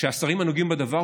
שהשרים הנוגעים בדבר,